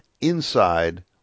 inside